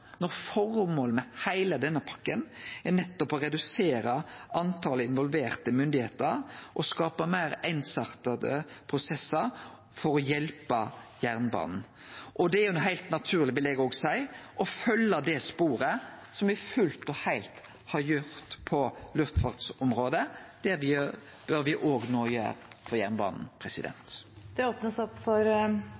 når føremålet med heile denne pakka nettopp er å redusere talet på involverte myndigheiter og skape meir einsarta prosessar for å hjelpe jernbanen. Det er òg heilt naturleg, vil eg seie, å følgje det sporet som me fullt og heilt har gjort på luftfartsområdet. Det bør me òg no gjere for jernbanen.